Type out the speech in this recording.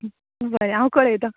बरें हांव कळयतां